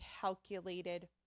calculated